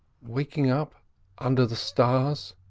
waking up under the stars